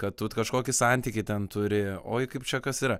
kad tu kažkokį santykį ten turi oi kaip čia kas yra